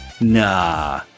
Nah